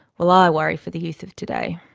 well, i worry for the youth of today.